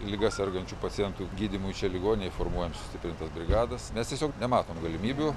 liga sergančių pacientų gydymui šie ligoniai formuoja sustiprintas brigadas nes tiesiog nematom galimybių